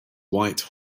white